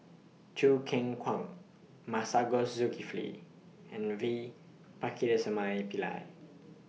Choo Keng Kwang Masagos Zulkifli and V Pakirisamy Pillai